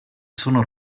sono